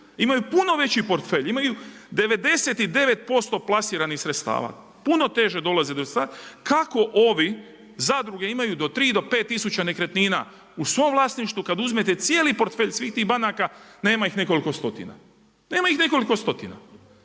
imaju puno veći portfelj, imaju 99% plasiranih sredstava. Puno teže dolaze do sredstava kako ovi zadruge imaju do 3 do 5 tisuća nekretnina u svom vlasništvu kad uzmete cijeli portfelj svih tih banaka, nema ih nekoliko stotina. Nema ih nekoliko stotina.